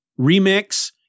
remix